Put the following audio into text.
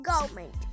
government